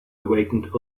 awakened